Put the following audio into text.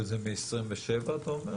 שזה מ-2027 אתה אומר?